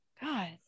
god